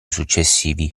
successivi